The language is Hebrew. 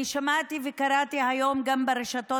אני שמעתי וקראתי היום גם ברשתות